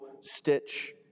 stitch